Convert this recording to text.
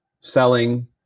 selling